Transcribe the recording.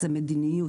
זו מדיניות.